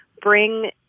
bring